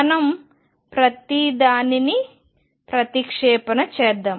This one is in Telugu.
మనం దానిని ప్రతిక్షేపణ చేద్దాం